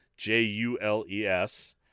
J-U-L-E-S